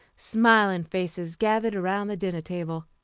smiling faces gathered around the dinner-table.